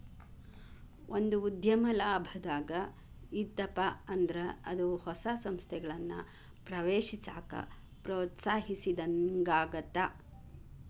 ಒಂದ ಉದ್ಯಮ ಲಾಭದಾಗ್ ಇತ್ತಪ ಅಂದ್ರ ಅದ ಹೊಸ ಸಂಸ್ಥೆಗಳನ್ನ ಪ್ರವೇಶಿಸಾಕ ಪ್ರೋತ್ಸಾಹಿಸಿದಂಗಾಗತ್ತ